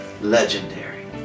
legendary